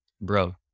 bro